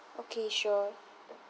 okay sure